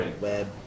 web